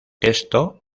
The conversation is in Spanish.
esto